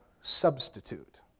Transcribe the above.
substitute